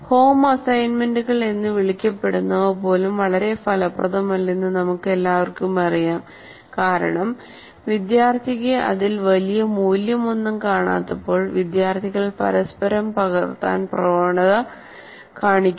home അസൈൻമെന്റുകൾ എന്ന് വിളിക്കപ്പെടുന്നവ പോലും വളരെ ഫലപ്രദമല്ലെന്ന് നമുക്കെല്ലാവർക്കും അറിയാം കാരണം വിദ്യാർത്ഥിക്ക് അതിൽ വലിയ മൂല്യമൊന്നും കാണാത്തപ്പോൾ വിദ്യാർത്ഥികൾ പരസ്പരം പകർത്താൻ പ്രവണത കാണിക്കുന്നു